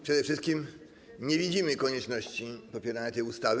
Przede wszystkim nie widzimy konieczności popierania tej ustawy.